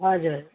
हजुर